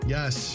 Yes